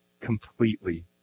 completely